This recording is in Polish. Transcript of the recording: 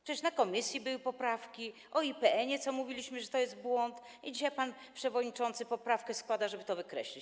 Przecież w komisji były poprawki, o IPN-ie mówiliśmy, że to jest błąd, i dzisiaj pan przewodniczący poprawkę składa, żeby to wykreślić.